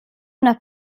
nach